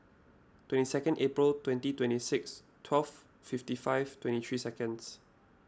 twenty two Aprill twenty twenty six twelve fifty five twenty three seconds